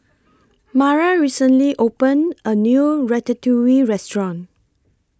Mara recently opened A New Ratatouille Restaurant